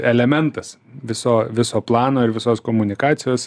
elementas viso viso plano ir visos komunikacijos